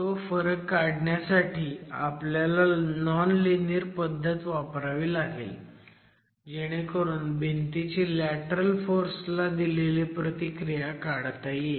तो फरक काढण्यासाठी आपल्याला नॉन लिनीयर पद्धत वापरावी लागेल जेणेकरून भिंतीची लॅटरल फोर्सला दिलेली प्रतिक्रिया काढता येईल